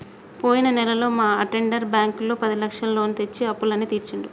పోయిన నెలలో మా అటెండర్ బ్యాంకులో పదిలక్షల లోను తెచ్చి అప్పులన్నీ తీర్చిండు